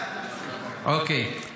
ודאי --- אוקיי.